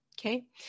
Okay